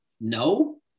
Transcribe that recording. no